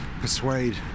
persuade